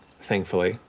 thankfully,